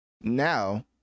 now